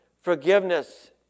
forgiveness